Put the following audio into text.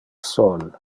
sol